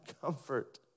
comfort